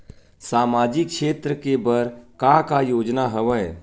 सामाजिक क्षेत्र के बर का का योजना हवय?